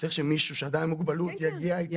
צריך שאדם עם מוגבלות יגיע, יצלם.